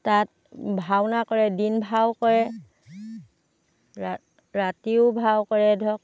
তাত ভাওনা কৰে দিন ভাও কৰে ৰাতিও ভাও কৰে ধৰক